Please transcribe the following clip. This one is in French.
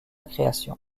création